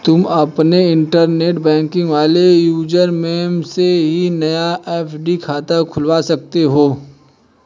तुम अपने internet banking वाले यूज़र नेम से ही नया एफ.डी खाता खुलवा सकते हो